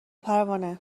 پروانه